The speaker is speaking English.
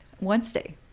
wednesday